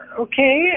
okay